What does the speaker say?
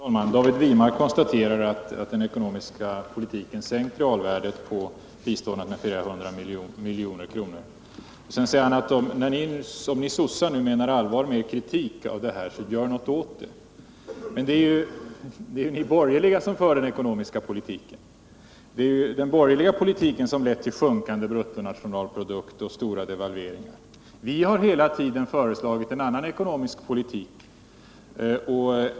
Herr talman! David Wirmark konstaterade att den ekonomiska politiken sänkt realvärdet på biståndet med flera hundra miljoner. Sedan sade han att om vi socialdemokrater nu menar allvar med kritiken bör vi göra någonting åt saken. Men det är ju de borgerliga som för den ekonomiska politiken, och det är ju den borgerliga politiken som lett till en sjunkande nationalprodukt och stora devalveringar. Vi har hela tiden föreslagit en annan ekonomisk politik.